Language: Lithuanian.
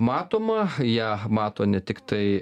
matoma ją mato ne tiktai